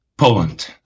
Poland